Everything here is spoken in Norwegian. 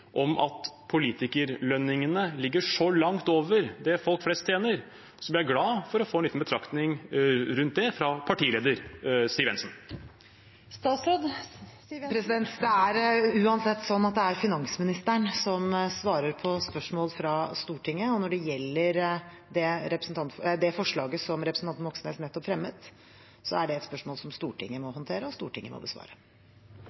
om at politikerlønningene ligger så langt over det folk flest tjener? Jeg blir glad for å få en liten betraktning rundt det fra partileder Siv Jensen. Statsråd Siv Jensen. Det er uansett sånn at det er finansministeren som svarer på spørsmål fra Stortinget, og når det gjelder det forslaget som representanten Moxnes nettopp fremmet, er det et spørsmål som Stortinget må